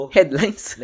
Headlines